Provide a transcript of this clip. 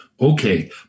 Okay